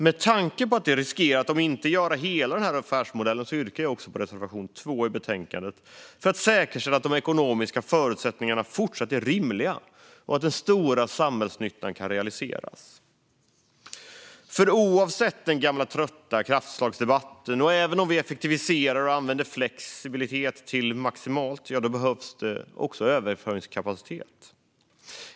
Med tanke på att detta riskerar att omintetgöra hela affärsmodellen yrkar jag bifall till reservation 2 i betänkandet, för att säkerställa att de ekonomiska förutsättningarna fortsatt är rimliga och samhällsnyttan kan realiseras. Oavsett vad som sägs i den gamla trötta kraftslagsdebatten och även om vi effektiviserar och använder flexibilitet maximalt behövs också överföringskapacitet.